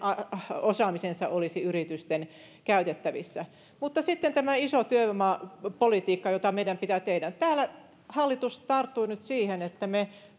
osaamisensa olisi yritysten käytettävissä mutta sitten tämä iso työvoimapolitiikka jota meidän pitää tehdä täällä hallitus tarttuu nyt siihen että me